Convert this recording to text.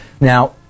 now